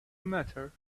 matter